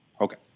Okay